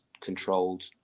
controlled